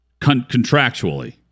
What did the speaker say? contractually